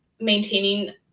maintaining